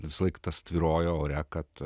visąlaik tas tvyrojo ore kad